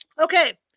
okay